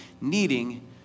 needing